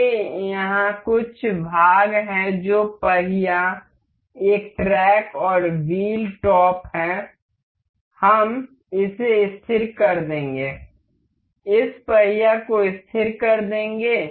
मेरे यहाँ कुछ भाग हैं जो पहिया एक ट्रैक और व्हील टॉप हैं हम इसे स्थिर कर देंगे इस पहिए को स्थिर कर देंगे